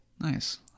Nice